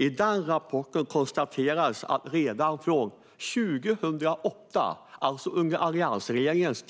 I den rapporten konstateras att redan från 2008, alltså under alliansregeringens